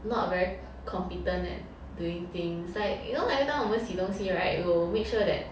not very competent at doing things like you know everytime 我们洗东西 [right] we'll make sure that